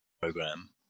program